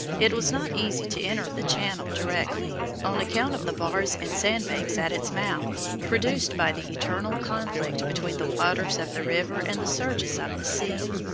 it was not easy to enter the channel directly, on account of the bars and sand-banks at its mouth, produced by the eternal conflict between the waters of the river and the surges of the sea.